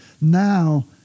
Now